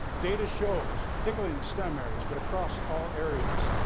data shows, particularly in the stem areas, but across all areas,